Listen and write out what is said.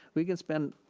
we can spend,